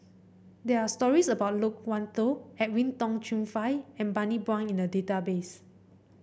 there are stories about Loke Wan Tho Edwin Tong Chun Fai and Bani Buang in the database